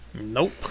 Nope